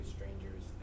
strangers